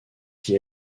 qui